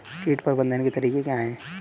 कीट प्रबंधन के तरीके क्या हैं?